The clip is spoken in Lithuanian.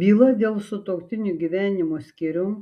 byla dėl sutuoktinių gyvenimo skyrium